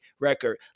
record